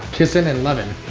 kissing and loving.